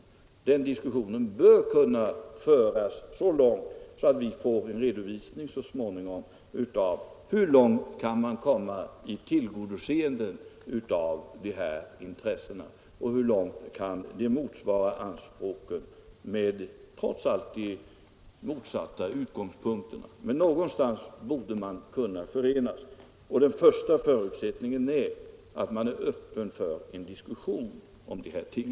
Den diskussionen bör kunna föras så att vi så småningom får en redovisning av hur långt man kan komma i tillgodoseende av dessa intressen och hur långt detta kan motsvara anspråken med de — trots allt — motsatta utgångspunkterna som i detta fall gäller sysselsättning och inkomster. Men någonstans måste man kunna enas, och den första förutsättningen är att man är öppen för en diskussion om dessa ting.